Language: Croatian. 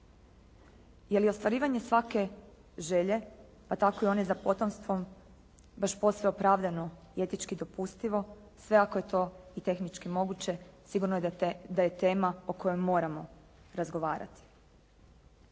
Je li ostvarivanje svake želje, pa tako i one za potomstvom baš posve opravdano i etički dopustivo sve ako je to i tehnički moguće sigurno je da je tema o kojoj moramo razgovarati.